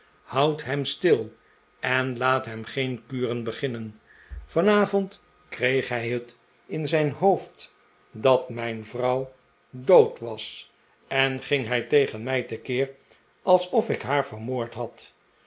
houd hem stil en laat hem geen kuren beginnen vanavond kreeg hij het in zijn j hoofd dat mijn vrouw dood was en ging hij tegen mij te keer alsof ik haar vermoord had